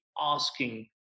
asking